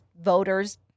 voters